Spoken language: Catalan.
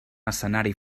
escenari